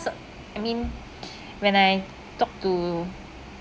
I mean when I talk to